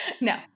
No